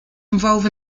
involve